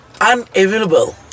unavailable